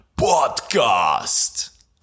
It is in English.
podcast